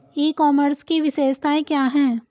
ई commerce की विशेषताएं क्या हैं?